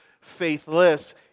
faithless